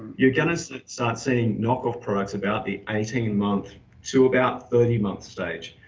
you're gonna start seeing knockoff products about the eighteen month to about thirty month stage.